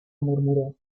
murmuró